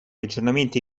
aggiornamenti